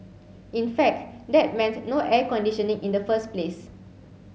in fact that meant no air conditioning in the first place